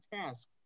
task